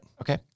Okay